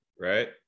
right